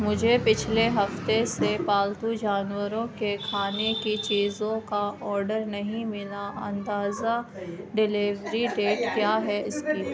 مجھے پچھلے ہفتے سے پالتو جانوروں کے کھانے کی چیزوں کا آرڈر نہیں ملا اندازا ڈیلیوری ڈیٹ کیا ہے اس کی